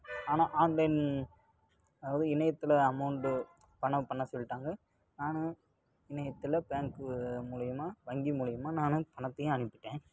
ஆனால் ஆன்லைன் அதாவது இணையத்தில் அமௌண்ட்டு பணம் பண்ண சொல்லிட்டாங்க நானும் நேத்து பேங்க்கு மூலிமா வங்கி மூலிமா நானும் பணத்தையும் அனுப்பிட்டேன்